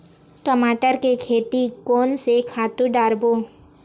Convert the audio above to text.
टमाटर के खेती कोन से खातु डारबो?